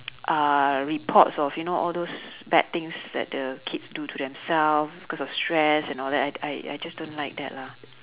uh reports of you know all those bad things that the kids do to themselves because of stress and all that I I I just don't like that lah